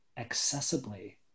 accessibly